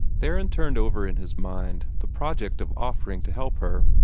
theron turned over in his mind the project of offering to help her,